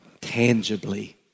tangibly